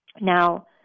Now